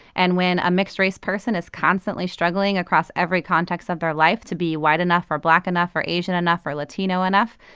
and when a mixed-race person is constantly struggling across every context of their life to be white enough or black enough or asian enough or latino enough,